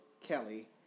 Kelly